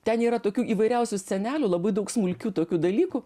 ten yra tokių įvairiausių scenelių labai daug smulkių tokių dalykų